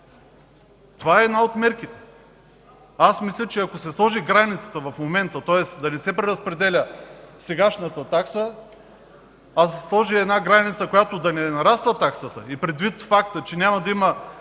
Това е една от мерките. Аз мисля, че ако се сложи границата в момента, тоест да не се преразпределя сегашната такса, а да се сложи една граница, при която да не нараства таксата, и предвид факта, че няма да има